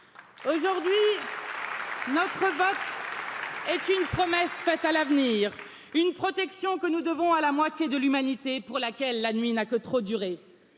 aujourd'hui notre est une promesse faite à l'avenir, une protection que nous devons à la moitié de l'humanité, pour laquelle la nuit n'a que trop duré.